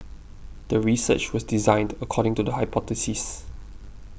the research was designed according to the hypothesis